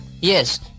Yes